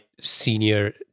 senior